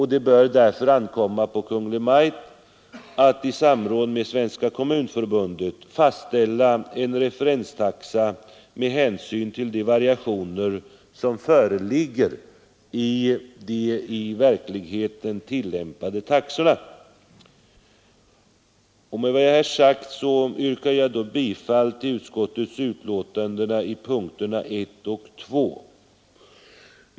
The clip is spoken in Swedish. Det bör därför ankomma på Kungl. Maj:t att i samråd med Svenska kommunförbundet fastställa en referenstaxa med hänsyn till de variationer som föreligger i de nu tillämpade taxorna. Med vad jag här sagt yrkar jag bifall till utskottets hemställan i punkterna 1 och 2.